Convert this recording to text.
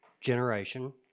generation